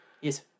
Yes